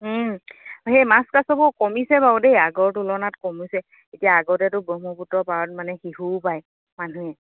সেই মাছ কাছবোৰ কমিছে বাৰু দেই আগৰ তুলনাত কমিছে এতিয়া আগতেতো ব্ৰহ্মপুত্ৰ পাৰত মানে শিহুও পায় মানুহে